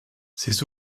ces